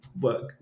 work